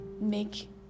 make